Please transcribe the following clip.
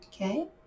Okay